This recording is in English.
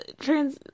trans